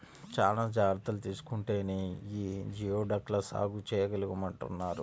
చానా జాగర్తలు తీసుకుంటేనే యీ జియోడక్ ల సాగు చేయగలమంటన్నారు